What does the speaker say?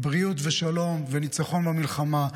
בריאות ושלום וניצחון במלחמה,